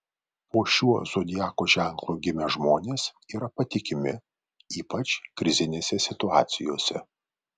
po šiuo zodiako ženklu gimę žmonės yra patikimi ypač krizinėse situacijose